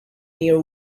near